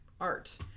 art